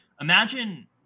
Imagine